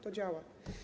To działa.